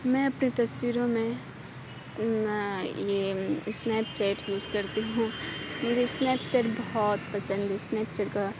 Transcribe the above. میں اپنی تصویروں میں یہ اسنیپ چیٹ یوز کرتی ہوں مجھے اسنیپ چیٹ بہت پسند ہے اسنیپ چیٹ کا